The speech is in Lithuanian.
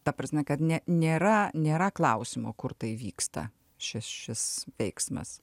ta prasme kad ne nėra nėra klausimo kur tai vyksta šis šis veiksmas